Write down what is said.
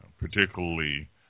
particularly